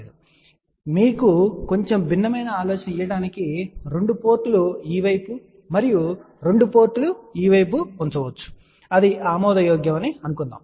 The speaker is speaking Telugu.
కాబట్టి మీకు కొంచెం భిన్నమైన ఆలోచన ఇవ్వడానికి 2 పోర్టులు ఈ వైపు మరియు 2 పోర్టులు ఈ వైపు ఉంచవచ్చు అది ఆమోదయోగ్యం అని అనుకుందాం